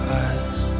eyes